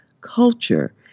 Culture